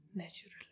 natural